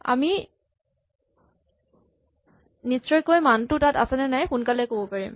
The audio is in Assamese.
আমি নিশ্চয়কৈ মানটো তাত আছেনে নাই সোনকালে ক'ব পাৰিম